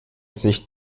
sich